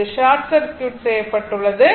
இது ஷார்ட் செய்யப்பட்டுள்ளது